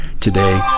today